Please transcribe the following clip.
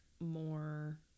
more